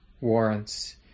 warrants